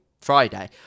friday